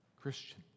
Christian